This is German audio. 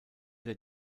der